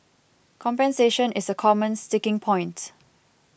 compensation is a common sticking point